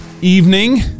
evening